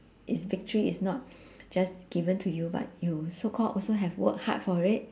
its victory is not just given to you but you so called also have worked hard for it